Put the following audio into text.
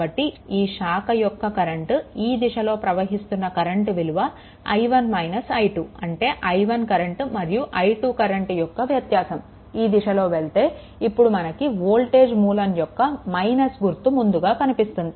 కాబట్టి ఈ శాఖ యొక్క కరెంట్ ఈ దిశలో ప్రవహిస్తున్న కరెంట్ విలువ i1 - i2 అంటే i1 కరెంట్ మరియు i2 కరెంట్ యొక్క వ్యత్యాసం ఈ దిశలో వెళ్తే ఇప్పుడు మనకి వోల్టేజ్ మూలం యొక్క - గుర్తు ముందుగా కనిపిస్తుంది